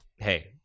Hey